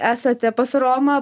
esate pas romą